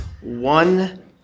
one